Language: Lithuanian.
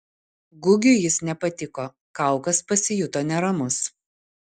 gugiui jis nepatiko kaukas pasijuto neramus